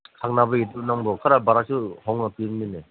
ꯈꯪꯅꯕꯒꯤ ꯗꯨ ꯅꯪꯕꯣ ꯈꯔ ꯚꯔꯥꯁꯨ ꯍꯣꯡꯅ ꯄꯤꯕꯅꯤꯅꯦ